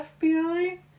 FBI